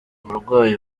uburwayi